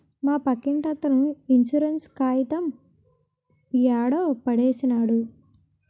మా పక్కింటతను ఇన్సూరెన్స్ కాయితం యాడో పడేసినాడు